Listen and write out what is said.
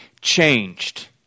changed